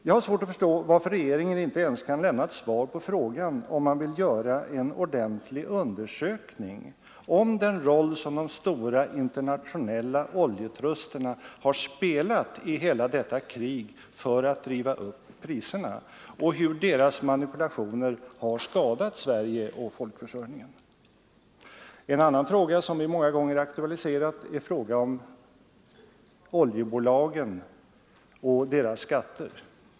Jag har svårt att förstå varför regeringen inte ens kan lämna svar på frågan om man vill göra en ordentlig undersökning av den roll som de stora internationella oljetrusterna har spelat i hela detta krig för att driva upp priserna och hur deras manipulationer har skadat Sverige och folkförsörjningen. En annan fråga som vi många gånger har aktualiserat är frågan om oljebolagens skatter.